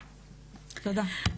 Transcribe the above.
תודה.